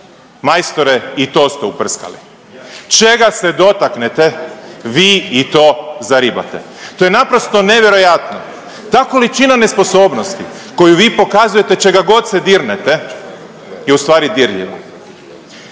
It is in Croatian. Majstore, i to ste uprskali. Čega se dotaknete, vi i to zaribate. To je naprosto nevjerojatno. Ta količina nesposobnosti koju vi pokazujete čega god se dirnete je ustvari dirljiva